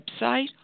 website